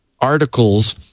articles